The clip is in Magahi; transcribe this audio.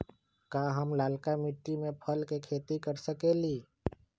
का हम लालका मिट्टी में फल के खेती कर सकेली?